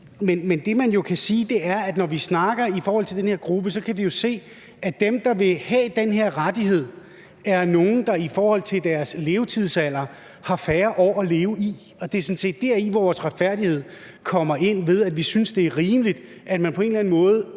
Men det, man jo kan sige, er, at når vi snakker om den her gruppe, kan vi se, at dem, der vil have den her rettighed, er nogle, der i forhold til deres levetidsalder har færre år at leve i, og det er sådan set dér vores retfærdighedsfølelse kommer ind, for vi synes, det er rimeligt, at man på en eller anden måde